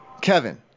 Kevin